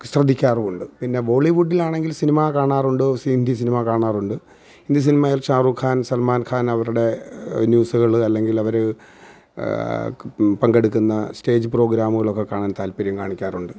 ശ്രദ്ധിക്കാറുമുണ്ട് പിന്നെ ബോളിവുഡിലാണെങ്കിൽ സിനിമ കാണാറുണ്ട് ഹിന്ദി സിനിമ കാണാറുണ്ട് ഹിന്ദി സിനിമയിൽ ഷാരുഖാൻ സൽമാൻ ഖാൻ അവരുടെ ന്യൂസുകള് അല്ലെങ്കിൽ അവര് പങ്കെടുക്കുന്ന സ്റ്റേജ് പ്രോഗ്രാമുകളൊക്കെ കാണാൻ താൽപ്പര്യം കാണിക്കാറുണ്ട്